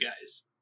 guys